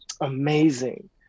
amazing